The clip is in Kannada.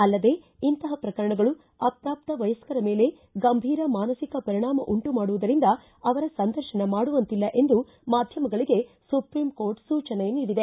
ಅಲ್ಲದೇ ಇಂತಹ ಪ್ರಕರಣಗಳು ಅಪ್ರಾಪ್ತ ವಯಸ್ಕರ ಮೇಲೆ ಗಂಭಿರ ಮಾನಸಿಕ ಪರಿಣಾಮ ಉಂಟು ಮಾಡುವುದರಿಂದ ಅವರ ಸಂದರ್ಶನ ಮಾಡುವಂತಿಲ್ಲ ಎಂದು ಮಾಧ್ವಮಗಳಿಗೆ ಸುಪ್ರೀಂಕೋರ್ಟ್ ಸೂಚನೆ ನೀಡಿದೆ